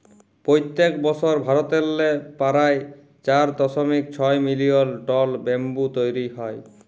পইত্তেক বসর ভারতেল্লে পারায় চার দশমিক ছয় মিলিয়ল টল ব্যাম্বু তৈরি হ্যয়